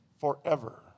forever